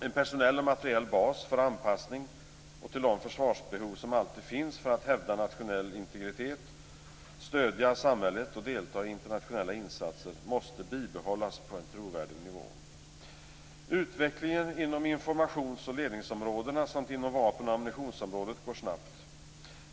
En personell och materiell bas för anpassning till de försvarsbehov som alltid finns för att hävda nationell integritet, stödja samhället och delta i internationella insatser måste bibehållas på en trovärdig nivå. Utvecklingen inom informations och ledningsområdena samt inom vapen och ammunitionsområdet går snabbt.